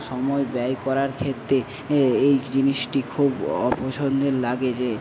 সময় ব্যয় করার ক্ষেত্রে এ এই জিনিসটি খুব অপছন্দের লাগে যে